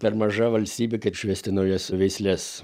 per maža valstybė kaip išvesti naujas veisles